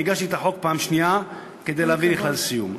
אני הגשתי את החוק פעם שנייה כדי להביא את הדבר לכלל סיום.